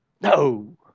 No